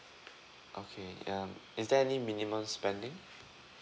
okay um is there any minimum spending